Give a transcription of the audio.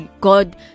god